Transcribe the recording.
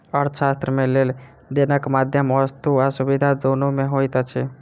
अर्थशास्त्र मे लेन देनक माध्यम वस्तु आ सुविधा दुनू मे होइत अछि